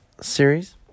series